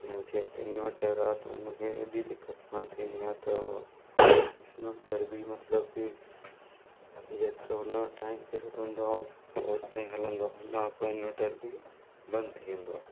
हिननि जे इनवटर आहे त हुन खे हेॾी दिक़त कोन थींदी आहे त उहे इनवटर बि मतिलब बि जेतिरो हुन जो टाइम पीरियड हूंदो आहे ओतिरो ओसि ताईं हलंदो आहे ना पोइ इनवटर बि बंदि थी वेंदो आहे